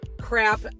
crap